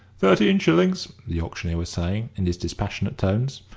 thirteen shillings, the auctioneer was saying, in his dispassionate tones.